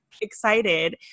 excited